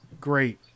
Great